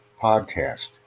podcast